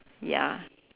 ya